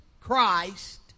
Christ